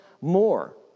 more